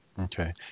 Okay